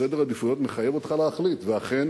סדר עדיפויות מחייב אותך להחליט, ואכן